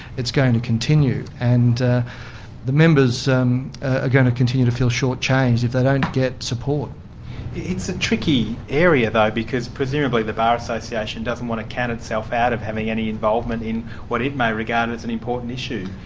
it's going to continue, and the members are and ah going to continue to feel short-changed if they don't get support it's a tricky area, though, because presumably the bar association doesn't want to count itself out of having any involvement in what it may regard as an important issue.